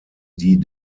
die